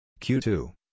Q2